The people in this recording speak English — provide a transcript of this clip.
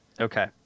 Okay